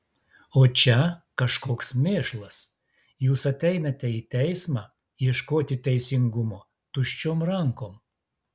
o čia kažkoks mėšlas jūs ateinate į teismą ieškoti teisingumo tuščiom rankom